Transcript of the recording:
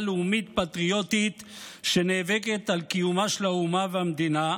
לאומית פטריוטית שנאבקת על קיומה של האומה והמדינה,